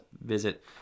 visit